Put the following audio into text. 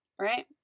right